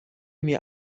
mir